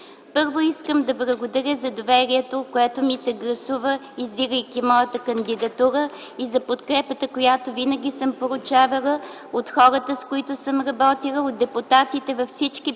Първо, искам да благодаря за доверието, което ми се гласува, издигайки моята кандидатура, и за подкрепата, която винаги съм получавала от хората, с които съм работила, от депутатите във всички парламенти